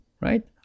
right